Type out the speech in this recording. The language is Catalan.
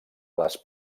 les